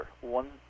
One